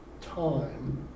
time